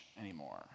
anymore